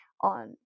on